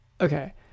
Okay